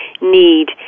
need